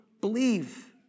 believe